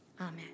Amen